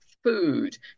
Food